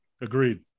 Agreed